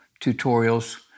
tutorials